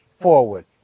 forward